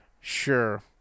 Sure